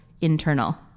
internal